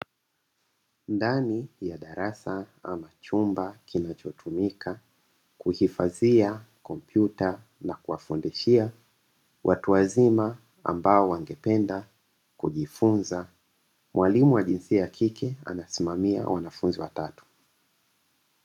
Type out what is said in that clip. Ndani ya darasa ama chumba kinachotumika kuhifadhi kompyuta na kuwafundishia watu wazima ambao wangependa kujifunza. Mwalimu wa jinsia ya kike anasimamia wanafunzi watatu.